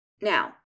Now